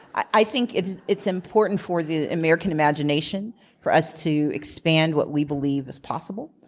i think it's it's important for the american imagination for us to expand what we believe is possible.